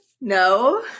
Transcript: No